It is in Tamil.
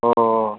ஓ ஓ